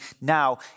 now